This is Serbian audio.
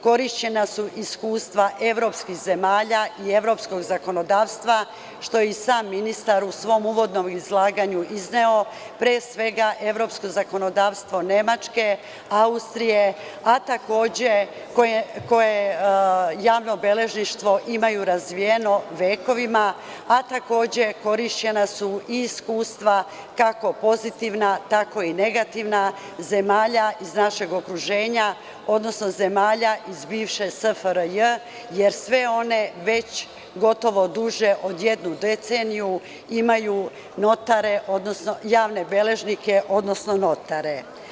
Korišćena su iskustva evropskih zemalja i evropskog zakonodavstva, što je i sam ministar u svom uvodnom izlaganju izneo, pre svega evropsko zakonodavstvo Nemačke, Austrije, a takođe koje javno beležništvo imaju razvijeno vekovima, a takođe korišćena su i iskustvo kako pozitivna, tako i negativna zemalja iz našeg okruženja, odnosno zemalja iz bivše SFRJ, jer sve one već gotovo duže od jednu deceniju imaju notare, odnosno javne beležnike, odnosno notare.